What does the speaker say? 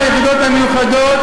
הימ"מ והיחידות המיוחדות,